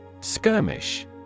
Skirmish